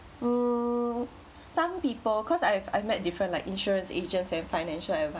uh some people cause I've I've met different like insurance agents and financial advisers